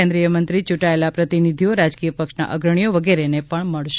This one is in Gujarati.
કેન્દ્રીય મંત્રી ચૂંટાયેલા પ્રતિનિધિઓ રાજકીય પક્ષના અગ્રણીઓ વગેરેને પણ મળશે